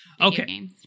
Okay